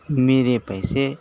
میرے پیسے